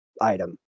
item